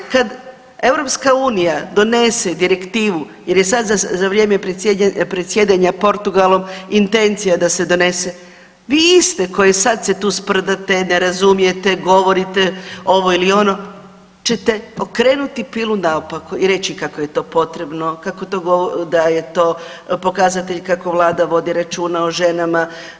Kad EU donese direktivu jer je sad za vrijeme predsjedanja Portugalom intencija da se donese vi iste koje sad se tu sprdate ne razumijete, govorite ovo ili ono ćete okrenuti pilu naopako i reći kako je to potrebno, da je to pokazatelj kako Vlada vodi računa o ženama.